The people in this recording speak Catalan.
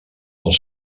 els